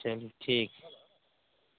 चलू ठीक